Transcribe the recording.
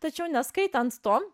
tačiau neskaitant to